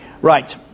Right